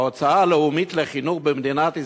ההוצאה הלאומית על חינוך במדינת ישראל,